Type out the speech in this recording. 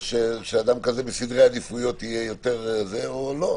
שאדם כזה בסדרי עדיפויות יהיה יותר, או לא?